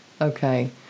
Okay